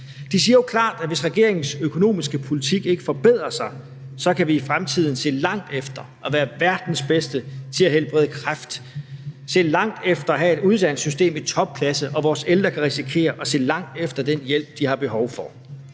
De siger jo klart, at hvis regeringens økonomiske politik ikke forbedrer sig, kan vi i fremtiden se langt efter at være verdens bedste til at helbrede kræft, se langt efter at have et uddannelsessystem i topklasse, og vores ældre kan risikere at se langt efter den hjælp, de har behov for.